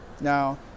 Now